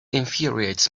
infuriates